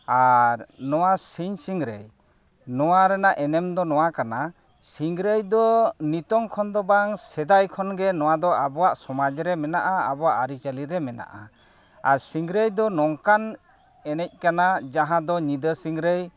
ᱟᱨ ᱱᱚᱣᱟ ᱥᱤᱧ ᱥᱤᱝᱨᱟᱹᱭ ᱱᱚᱣᱟ ᱨᱮᱱᱟᱜ ᱮᱱᱮᱢ ᱫᱚ ᱱᱚᱣᱟ ᱠᱟᱱᱟ ᱥᱤᱝᱨᱟᱹᱭ ᱫᱚ ᱱᱤᱛᱚᱜ ᱠᱷᱚᱱ ᱫᱚ ᱵᱟᱝ ᱥᱮᱫᱟᱭ ᱠᱷᱚᱱᱜᱮ ᱱᱚᱣᱟ ᱫᱚ ᱟᱵᱚᱣᱟᱜ ᱥᱚᱢᱟᱡᱽ ᱨᱮ ᱢᱮᱱᱟᱜᱼᱟ ᱟᱵᱚᱣᱟᱜ ᱟᱹᱨᱤᱪᱟᱹᱞᱤᱨᱮ ᱢᱮᱱᱟᱜᱼᱟ ᱟᱨ ᱥᱤᱝᱨᱟᱹᱭ ᱫᱚ ᱱᱚᱝᱠᱟᱱ ᱮᱱᱮᱡ ᱠᱟᱱᱟ ᱡᱟᱦᱟᱸ ᱫᱚ ᱧᱤᱫᱟᱹ ᱥᱤᱝᱨᱟᱹᱭ